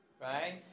right